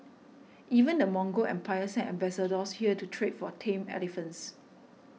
even the Mongol empire sent ambassadors here to trade for tame elephants